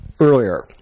earlier